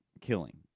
killing